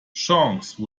chance